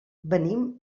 venim